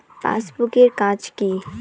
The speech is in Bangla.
পাশবুক এর কাজ কি?